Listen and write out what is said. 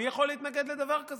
מי יכול להתנגד לדבר כזה?